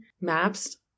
maps